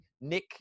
Nick